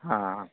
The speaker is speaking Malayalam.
ആ